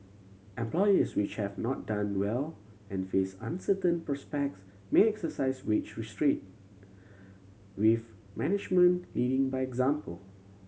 employers which have not done well and face uncertain prospects may exercise wage restraint with management leading by example